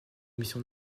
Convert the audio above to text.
missions